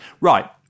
Right